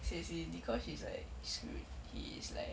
seriously dee kosh is like screwed he is like